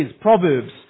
Proverbs